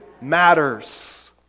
matters